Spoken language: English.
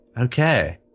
Okay